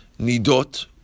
nidot